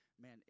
man